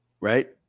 Right